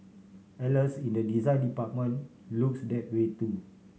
alas in the design department looks that way too